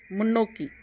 முன்னோக்கி